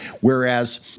whereas